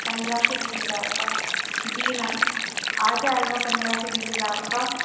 पंद्रह से बीस हज़ार का जी मैम आ जाएगा पंद्रह से बीस हज़ार का